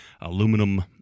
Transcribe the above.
aluminum